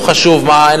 לא חשוב מה,